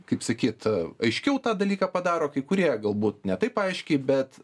kaip sakyt a aiškiau tą dalyką padaro kai kurie galbūt ne taip aiškiai bet